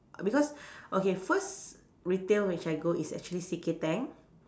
uh because okay first retail which I go is actually C K Tang